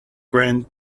grand